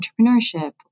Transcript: entrepreneurship